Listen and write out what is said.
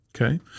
Okay